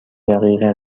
دقیقه